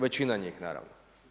Većina njih, naravno.